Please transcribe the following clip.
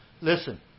listen